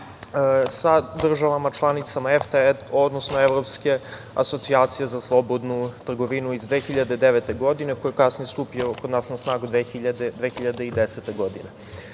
sa državama članicama EFTE, odnosno Evropske asocijacije za slobodnu trgovinu iz 2009. godine, koji je kasnije stupio kod nas na snagu 2010. godine. Ovo